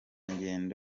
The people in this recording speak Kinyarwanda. ngengo